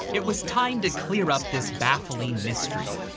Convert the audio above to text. it was time to clear up this baffling mystery.